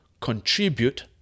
contribute